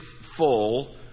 full